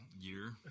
year